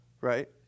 right